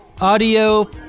audio